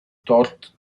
dort